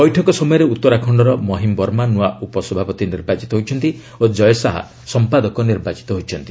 ବୈଠକ ସମୟରେ ଉତ୍ତରାଖଣ୍ଡର ମହିମ ବର୍ମା ନୂଆ ଉପସଭାପତି ନିର୍ବାଚିତ ହୋଇଛନ୍ତି ଓ କୟ ଶାହା ସମ୍ପାଦକ ନିର୍ବାଚିତ ହୋଇଛନ୍ତି